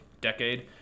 decade